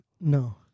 no